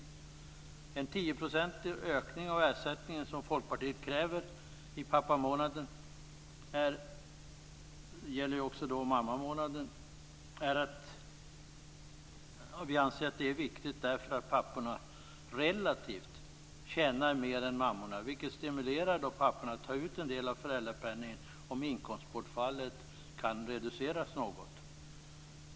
Vi anser att en tioprocentig ökning av ersättningen under den s.k. pappa/mammamånaden, som Folkpartiet kräver, är viktig eftersom papporna relativt sett tjänar mer än mammorna. Det skulle stimulera papporna att ta ut en del av föräldrapenningen om inkomstbortfallet kan reduceras något.